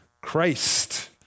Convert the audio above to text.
Christ